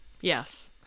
Yes